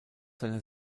seiner